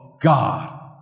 God